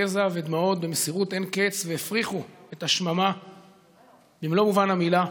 יזע ודמעות במסירות אין קץ והפריחו את השממה במלוא מובן המילה.